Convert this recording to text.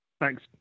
Thanks